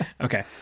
Okay